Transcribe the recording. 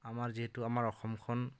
আমাৰ যিহেতু আমাৰ অসমখন